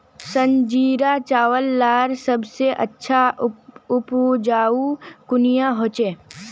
संजीरा चावल लार सबसे अच्छा उपजाऊ कुनियाँ होचए?